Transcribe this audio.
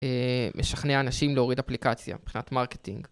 משכנע אנשים להוריד אפליקציה מבחינת מרקטינג.